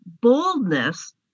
boldness